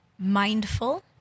mindful